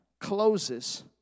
closes